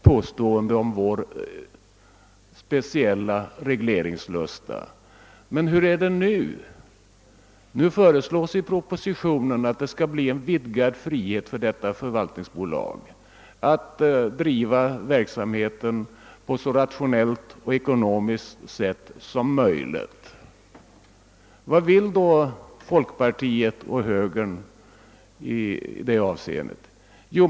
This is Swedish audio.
Men hur är det nu? I propositionen föreslås att förvaltningsbolaget skall få en vidgad frihet att driva verksamheten på ett så rationellt och ekonomiskt sätt som möjligt. Vad vill då folkpartiet och högern i det avseendet?